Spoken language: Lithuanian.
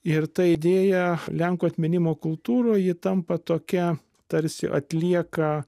ir ta idėja lenkų atminimo kultūroj ji tampa tokia tarsi atlieka